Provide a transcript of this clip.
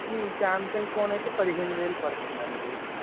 ఈ శాంసంగ్ ఫోనయితే పదిహేనువేలు పడుతుందండి